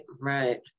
right